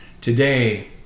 Today